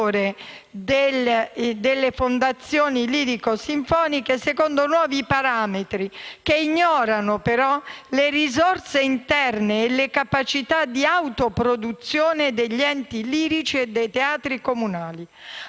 delle fondazioni lirico-sinfoniche secondo nuovi parametri, che ignorano però le risorse interne e le capacità di autoproduzione degli enti lirici e dei teatri comunali.